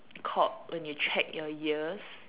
called when you check your ears